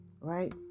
right